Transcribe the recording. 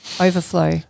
Overflow